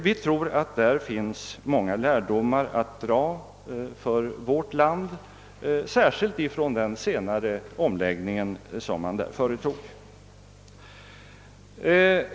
Vi tror att det där finns många lärdomar att inhämta för vårt land.